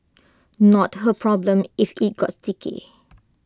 not her problem if IT got sticky